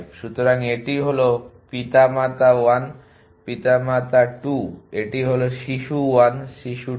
সুতরাং এটি হল পিতামাতা 1 পিতামাতা 2 এটি হলো শিশু 1 শিশু 2